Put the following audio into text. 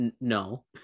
no